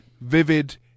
vivid